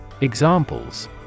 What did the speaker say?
Examples